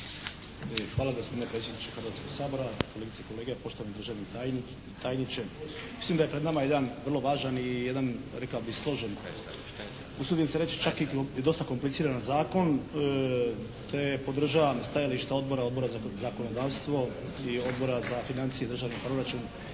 Hvala gospodine predsjedniče Hrvatskog sabora. Kolegice i kolege, poštovani državni tajniče. Mislim da je pred nama jedan vrlo važan i jedan rekao bih složen, usudim se reći čak i dosta kompliciran zakon te podržavam stajališta Odbora, Odbora za zakonodavstvo i Odbora za financije i državni proračun